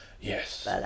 Yes